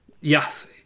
Yes